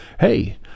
Hey